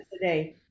today